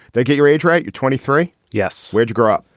they get your age right. you're twenty three. yes. where'd you grow up.